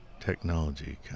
technology